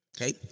Okay